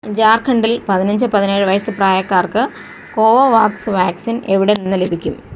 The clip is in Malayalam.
ജാർഖണ്ഡിൽ പതിനഞ്ച് പതിനേഴ് വയസ്സ് പ്രായക്കാർക്ക് കോവോവാക്സ് വാക്സിൻ എവിടെ നിന്ന് ലഭിക്കും